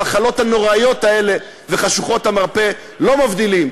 המחלות הנוראיות האלה וחשוכות המרפא לא מבדילות,